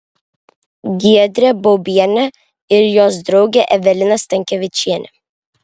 giedrė baubienė ir jos draugė evelina stankevičienė